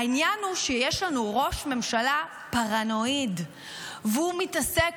העניין הוא שיש לנו ראש ממשלה פרנואיד והוא מתעסק